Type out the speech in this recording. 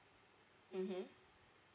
mmhmm